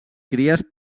cries